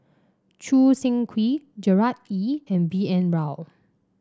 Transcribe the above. Choo Seng Quee Gerard Ee and B N Rao